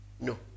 No